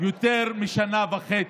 יותר משנה וחצי,